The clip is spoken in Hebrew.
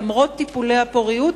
למרות טיפולי הפוריות,